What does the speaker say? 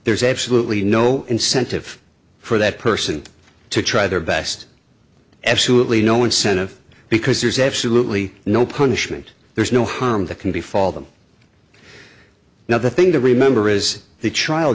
there's absolutely no incentive for that person to try their best excellently no incentive because there's absolutely no punishment there's no harm that can befall them now the thing to remember is the